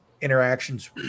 interactions